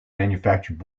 manufactured